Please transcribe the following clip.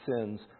sins